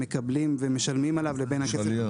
מקבלים ומשלמים עליו לבין הכסף שהם נותנים.